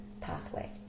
pathway